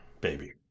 baby